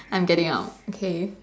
I'm getting out okay